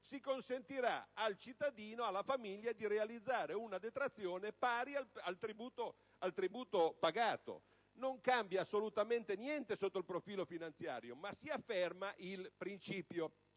si consentirà al cittadino, alla famiglia, di realizzare una detrazione pari al tributo pagato. Non cambia assolutamente niente sotto il profilo finanziario, ma si afferma il principio.